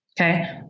Okay